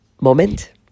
moment